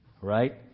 right